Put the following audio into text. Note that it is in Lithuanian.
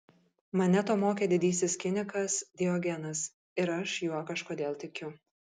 mane to mokė didysis kinikas diogenas ir aš juo kažkodėl tikiu